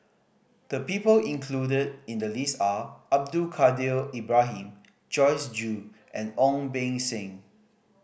the people included in the list are Abdul Kadir Ibrahim Joyce Jue and Ong Beng Seng